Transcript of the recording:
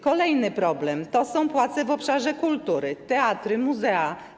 Kolejny problem to są płace w obszarze kultury, teatry, muzea.